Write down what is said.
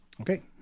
Okay